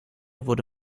wurde